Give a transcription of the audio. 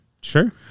Sure